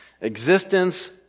Existence